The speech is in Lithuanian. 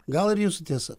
gal ir jūsų tiesa